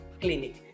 Clinic